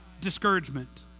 discouragement